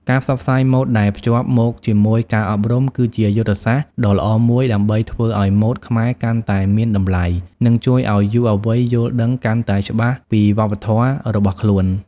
ការផ្សព្វផ្សាយម៉ូដដែលភ្ជាប់មកជាមួយការអប់រំ គឺជាយុទ្ធសាស្ត្រដ៏ល្អមួយដើម្បីធ្វើឲ្យម៉ូដខ្មែរកាន់តែមានតម្លៃ និងជួយឲ្យយុវវ័យយល់ដឹងកាន់តែច្បាស់ពីវប្បធម៌របស់ខ្លួន។